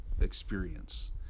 experience